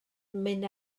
mynd